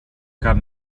cap